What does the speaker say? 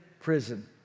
prison